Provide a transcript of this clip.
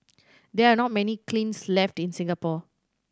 there are not many kilns left in Singapore